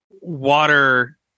water